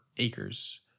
acres